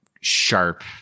sharp